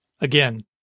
Again